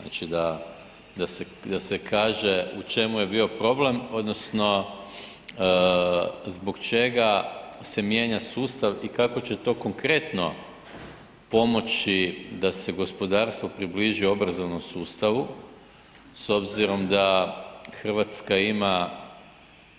Znači da se kaže u čemu je bio problem odnosno zbog čega se mijenja sustav i kako će to konkretno pomoći da se gospodarstvo približi obrazovnom sustavu, s obzirom da Hrvatska ima